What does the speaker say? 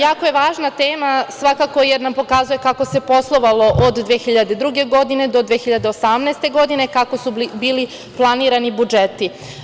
Jako je važna tema svakako, jer nam pokazuje kako se poslovalo od 2002. godine do 2018. godine, kako su bili planirani budžeti.